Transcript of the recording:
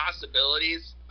possibilities